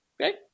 Okay